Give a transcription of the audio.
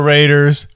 Raiders